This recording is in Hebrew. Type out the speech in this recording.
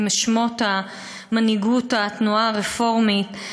עם שמות מנהיגות התנועה הרפורמית,